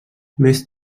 més